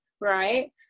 Right